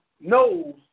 knows